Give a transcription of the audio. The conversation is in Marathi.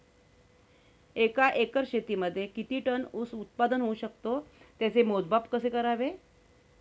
एका एकर शेतीमध्ये किती टन ऊस उत्पादन होऊ शकतो? त्याचे मोजमाप कसे करावे?